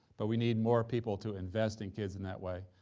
but we need more people to invest in kids in that way,